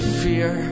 fear